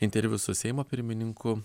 interviu su seimo pirmininku